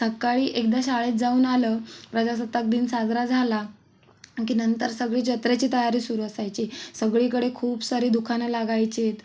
सकाळी एकदा शाळेत जाऊन आलं प्रजासत्ताक दिन साजरा झाला की नंतर सगळी जत्रेची तयारी सुरू असायची सगळीकडे खूप सारी दुकानं लागायचीत